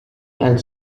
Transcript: and